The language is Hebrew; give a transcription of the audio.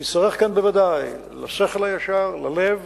נצטרך כאן בוודאי לשכל הישר, ללב